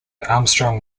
armstrong